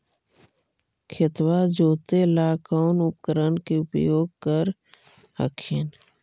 खेतबा जोते ला कौन उपकरण के उपयोग कर हखिन?